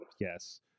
Yes